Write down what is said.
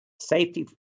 safety